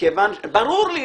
--- ברור לי.